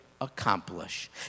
accomplish